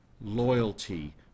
loyalty